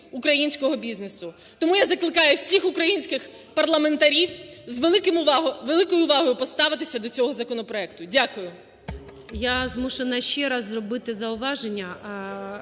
українського бізнесу. Тому я закликаю всіх українських парламентів з великою увагою поставитися до цього законопроекту. Дякую. ГОЛОВУЮЧИЙ. Я змушена ще раз зробити зауваження.